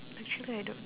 actually I don't know